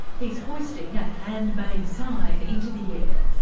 he's hoisting a handmade sign into the air.